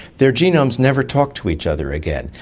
their genomes never talk to each other again,